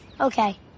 Okay